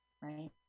right